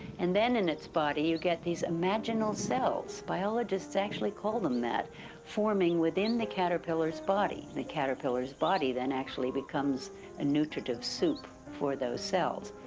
and then in its body you get these imaginal cells biologists actually call them that forming within the caterpillars body. the caterpillar's body then actually becomes a nutritive soup for those cells.